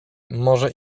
może